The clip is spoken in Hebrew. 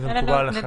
אם זה מקובל עליכם.